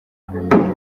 nkamenya